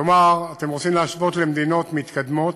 כלומר, אתם רוצים להשוות למדינות מתקדמות,